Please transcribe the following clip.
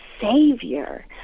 Savior